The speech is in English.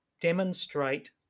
demonstrate